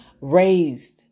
raised